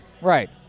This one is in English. Right